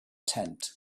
tent